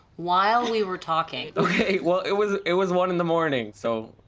while we were talking. okay, well, it was it was one in the morning, so.